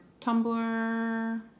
Tumblr